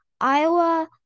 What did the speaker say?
Iowa